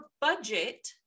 budget